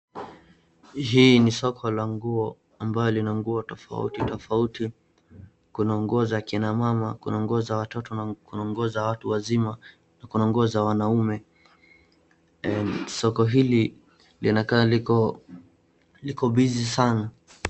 Hii ni soko la nguo, ambalo lina nguo tofauti tofauti. Kuna nguo za kina mama, kuna nguo za watoto na kuna nguo za watu wazima, na kuna nguo za wanaume. Soko hili linakaa liko, liko busy sana.